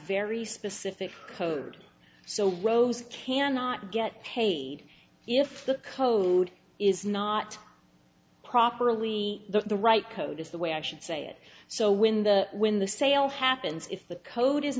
very specific code so rose cannot get paid if the code is not properly the right code is the way i should say it so when the when the sale happens if the code is